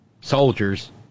soldiers